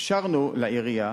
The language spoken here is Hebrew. אפשרנו לעירייה